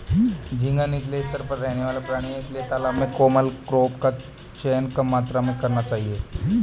झींगा नीचले स्तर पर रहने वाला प्राणी है इसलिए तालाब में कॉमन क्रॉप का चयन कम मात्रा में करना चाहिए